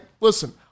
Listen—